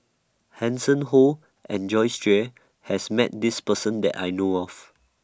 Hanson Ho and Joyce Jue has Met This Person that I know of